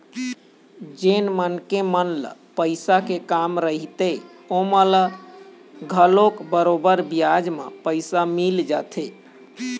जेन मनखे मन ल पइसा के काम रहिथे ओमन ल घलोक बरोबर बियाज म पइसा मिल जाथे